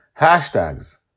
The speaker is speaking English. hashtags